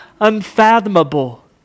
unfathomable